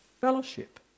fellowship